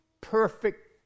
perfect